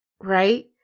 Right